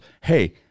hey